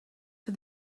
for